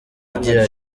agira